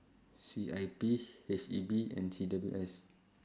C I P H E B and C W S